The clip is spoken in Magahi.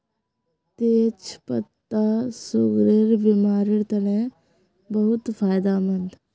तेच पत्ता सुगरेर बिमारिर तने बहुत फायदामंद